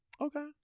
Okay